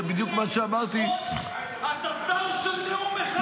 זה בדיוק מה שאמרתי --- אתה שר של נאום אחד.